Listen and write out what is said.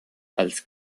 als